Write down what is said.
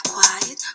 Quiet